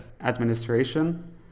administration